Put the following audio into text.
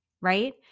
right